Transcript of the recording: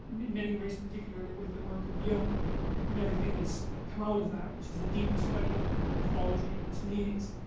i mean many ways particularly with the work of jung, and and everything that's come out of that, which is the deeper study of mythology and its meanings,